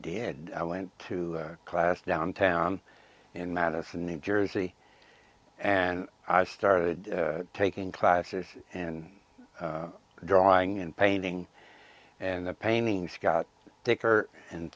did i went to class downtown in madison new jersey and i started taking classes and drawing and painting and the paintings got thicker and